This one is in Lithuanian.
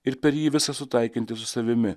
ir per jį visa sutaikinti su savimi